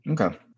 okay